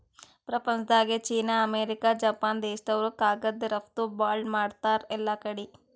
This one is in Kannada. ಪ್ರಪಂಚ್ದಾಗೆ ಚೀನಾ, ಅಮೇರಿಕ, ಜಪಾನ್ ದೇಶ್ದವ್ರು ಕಾಗದ್ ರಫ್ತು ಭಾಳ್ ಮಾಡ್ತಾರ್ ಎಲ್ಲಾಕಡಿ